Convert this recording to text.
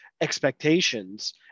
expectations